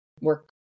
work